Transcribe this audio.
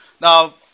Now